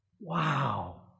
Wow